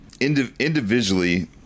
Individually